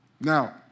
Now